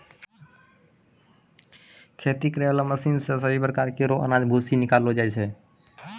खेती करै बाला मशीन से सभ प्रकार रो अनाज रो भूसी निकालो जाय छै